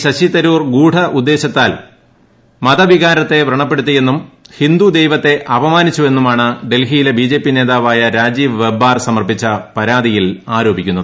ശശി തരൂർ ഗൂഢ ഉദ്ദേശൃത്താൽ മതവികാരത്തെ വ്രണപ്പെടുത്തിയെന്നും ഹിന്ദു ദൈവത്തെ അപമാനിച്ചുവെന്നുമാണ് ഡൽഹിയിലെ ബിജെപി നേതാവായ രാജീവ് വെബ്ബാർ സമർപ്പിച്ച പരാതിയിൽ ആരോപിക്കുന്നത്